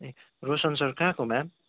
रोसन सर कहाँको हो म्याम